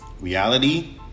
Reality